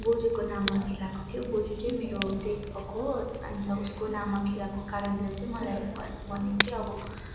बोजूको नाममा खेलाएको थियो बोजू चाहिँ मेरो देथ भएको हो अन्त उसको नाममा खेलाएको कारणले चाहिँ मलाई भन भनेको थियो अब